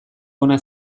hona